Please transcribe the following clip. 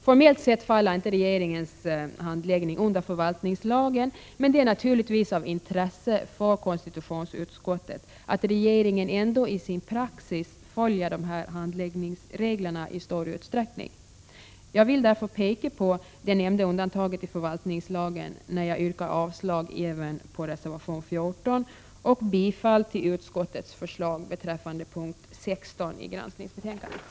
Formellt sett faller inte regeringens handläggning under förvaltningslagen, men det är naturligtvis av intresse för konstitutionsutskottet att regeringen ändå i sin praxis i stor utsträckning följer dessa handläggningsregler. Jag vill därför peka på det nämnda undantaget i förvaltningslagen, när jag yrkar avslag även på reservation 14 och bifall till utskottets förslag beträffande punkt 16 i grankningsbetänkandet.